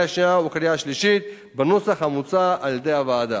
השנייה ובקריאה השלישית בנוסח המוצע על-ידי הוועדה.